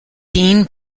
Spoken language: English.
seen